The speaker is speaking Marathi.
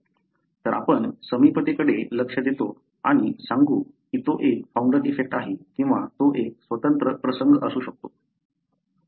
तर आपण समीपतेकडे लक्ष देतो आणि सांगू की तो एक फाऊंडर इफेक्ट आहे किंवा तो एक स्वतंत्र प्रसंग असू शकतो